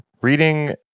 reading